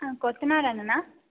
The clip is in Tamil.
ஆ கொத்தனார் அண்ணனா